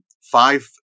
five